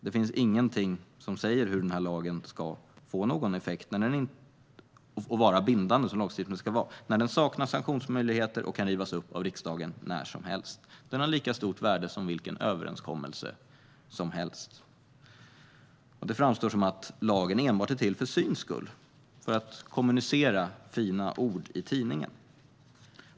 Det finns ingenting som säger hur denna lag skulle få någon effekt och vara bindande, som lagstiftning ska vara, när den saknar sanktionsmöjligheter och kan rivas upp av riksdagen när som helst. Den har lika stort värde som vilken överenskommelse som helst, och det framstår som att lagen enbart är till för syns skull - för att kommunicera fina ord i tidningen.